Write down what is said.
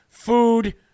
food